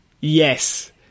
yes